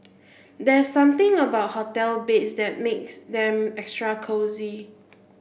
there's something about hotel beds that makes them extra cosy